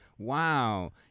Wow